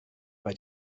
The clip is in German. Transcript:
bei